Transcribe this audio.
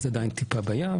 אז זו עדיין טיפה בים.